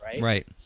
right